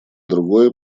другое